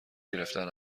گرفتن